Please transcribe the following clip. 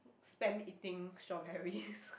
spam eating strawberries